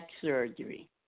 surgery